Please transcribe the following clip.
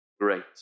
great